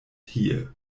hier